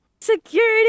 Security